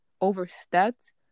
overstepped